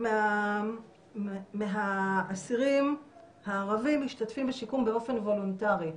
6% מהאסירים הערבים משתתפים בשיקום באופן וולונטרי.